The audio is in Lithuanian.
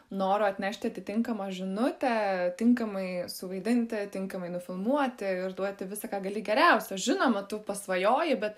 noro atnešti atitinkamą žinutę tinkamai suvaidinti tinkamai nufilmuoti ir duoti visa ką gali geriausio žinoma tu pasvajoji bet